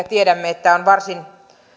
tiedämme että se on varsin